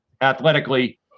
athletically